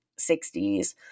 60s